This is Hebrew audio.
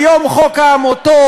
היום חוק העמותות,